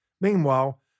Meanwhile